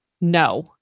No